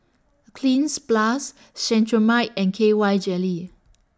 Cleanz Plus Cetrimide and K Y Jelly